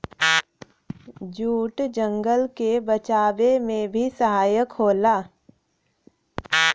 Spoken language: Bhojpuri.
जूट जंगल के बचावे में भी सहायक होला